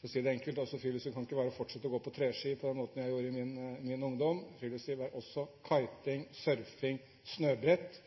For å si det enkelt: Friluftsliv kan ikke fortsatt være å gå på treski på den måten jeg gjorde i min ungdom. Friluftsliv er også kiting, surfing og snøbrett.